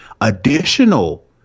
additional